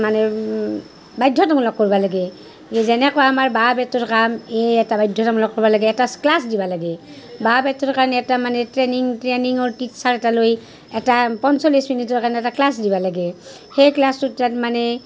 মানে বাধ্যতামূলক কৰবা লাগে যেনেকৈ আমাৰ বাঁহ বেতৰ কাম এই এটা বাধ্যতামূলক কৰবা লাগে এটা ক্লাছ দিবা লাগে বাঁহ বেতৰ কাৰণে এটা মানে ট্ৰেইনিং ট্ৰেইনিঙৰ টিচাৰ এটা লৈ এটা পঞ্চলিশ মিনিটৰ কাৰণে এটা ক্লাছ দিবা লাগে সেই ক্লাছ দুটাত মানে